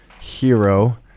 hero